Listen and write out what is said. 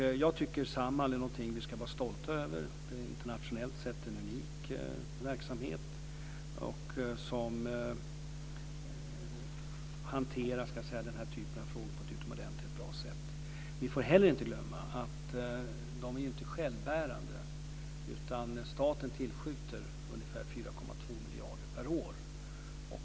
Jag tycker att Samhall är någonting vi ska vara stolta över. Det är internationellt sett en unik verksamhet som hanterar den här typen av frågor på ett utomordentligt bra sätt. Vi får heller inte glömma att det inte är självbärande. Staten tillskjuter ungefär 4,2 miljarder per år.